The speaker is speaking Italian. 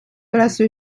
presso